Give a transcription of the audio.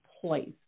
place